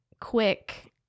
quick